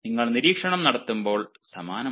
നിങ്ങൾ നിരീക്ഷണം നടത്തുമ്പോൾ സമാനമാണ്